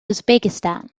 uzbekistan